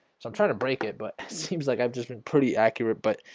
so i'm trying to break it, but it seems like i've just been pretty accurate but